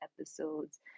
episodes